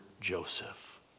Joseph